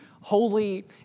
holy